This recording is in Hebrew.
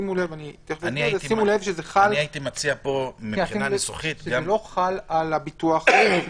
זה לא חל על הביטוח הסיעודי,